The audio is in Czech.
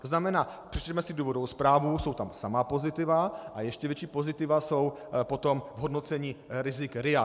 To znamená, přečteme si důvodovou zprávu jsou tam samá pozitiva, ale ještě větší pozitiva jsou potom v hodnocení rizik RIA.